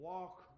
Walk